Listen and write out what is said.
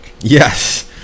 Yes